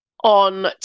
on